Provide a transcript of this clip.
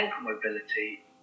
mobility